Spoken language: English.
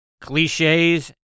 cliches